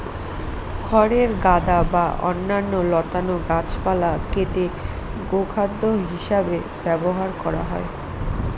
খড়ের গাদা বা অন্যান্য লতানো গাছপালা কেটে গোখাদ্য হিসাবে ব্যবহার করা হয়